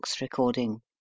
recording